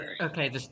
Okay